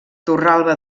torralba